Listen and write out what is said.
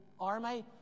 army